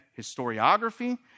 historiography